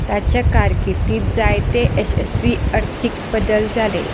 ताचे कारकिर्दींत जायते येसस्वी अर्थीक बदल जाले